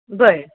बरं